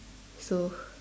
so